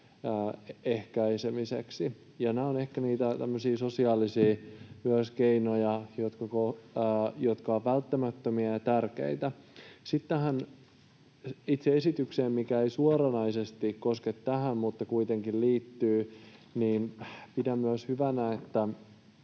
ehkäisemiseen. Nämä ovat myös ehkä niitä sosiaalisia keinoja, jotka ovat välttämättömiä ja tärkeitä. Sitten tähän itse esitykseen, mikä ei suoranaisesti koske tätä mutta tähän kuitenkin liittyy: Pidän myös hyvänä, että